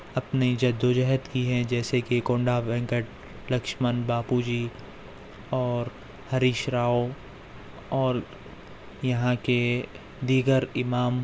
اپنی جدوجہد کی ہے جیسے کہ کنڈہ وینکٹ لکشمن باپو جی اور ہریش راؤ اور یہاں کے دیگر امام